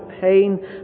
pain